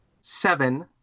seven